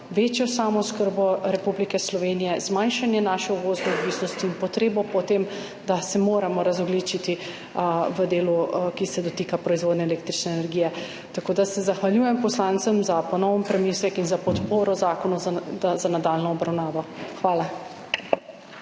večjo samooskrbo Republike Slovenije, zmanjšanje naše uvozne odvisnosti in potrebo po tem, da se moramo razogljičiti v delu, ki se dotika proizvodnje električne energije. Tako da se zahvaljujem poslancem za ponoven premislek in za podporo zakonu za nadaljnjo obravnavo. Hvala.